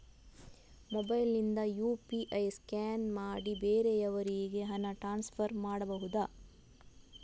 Mobile ನಿಂದ UPI scan ಮಾಡಿ ಬೇರೆಯವರಿಗೆ ಹಣ ಟ್ರಾನ್ಸ್ಫರ್ ಮಾಡಬಹುದ?